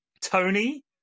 Tony